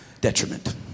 detriment